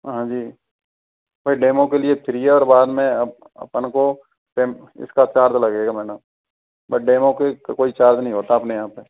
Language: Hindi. हाँ जी पहले डेमो के लिए फ्री है और बाद में अपन को इसका चार्ज लगेगा मैडम बट डेमो का कोई चार्ज नहीं होता अपने यहाँ पर